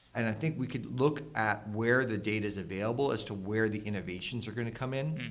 i think we could look at where the data is available as to where the innovations are going to come in.